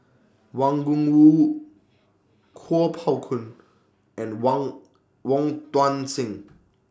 Wang Gungwu Kuo Pao Kun and Wang Wong Tuang Seng